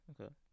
okay